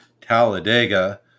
Talladega